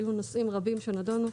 היו נושאים רבים שנדונו.